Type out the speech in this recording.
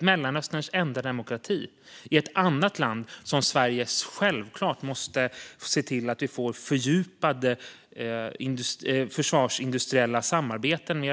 Mellanösterns enda demokrati, är ett annat land som Sverige självklart måste se till att få fördjupade försvarsindustriella samarbeten med.